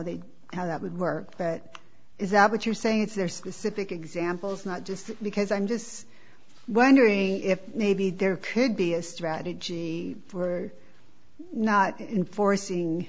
they how that would work but is that what you're saying it's there specific examples not just because i'm just wondering if maybe there pig be a strategy for not in forcing